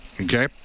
okay